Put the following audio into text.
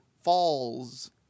falls